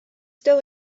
still